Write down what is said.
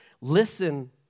listen